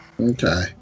Okay